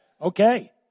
Okay